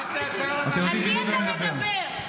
על מי אתה מדבר?